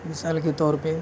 مثال کے طور پہ